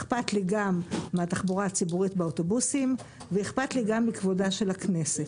אכפת לי גם מהתחבורה הציבורית באוטובוסים ואכפת לי גם מכבודה של הכנסת.